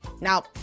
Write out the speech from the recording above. Now